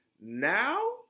Now